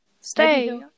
stay